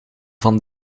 van